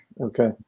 Okay